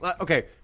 okay